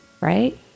right